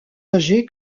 âgée